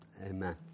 Amen